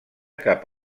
cap